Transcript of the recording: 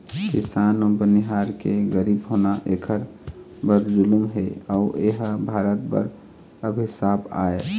किसान अउ बनिहार के गरीब होना एखर बर जुलुम हे अउ एह भारत बर अभिसाप आय